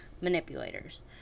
manipulators